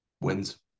Wins